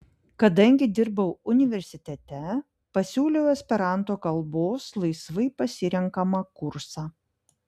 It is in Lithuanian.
kadangi dirbau universitete pasiūliau esperanto kalbos laisvai pasirenkamą kursą